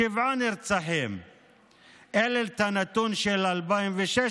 שבעה נרצחים, אין לי את הנתון של 2016,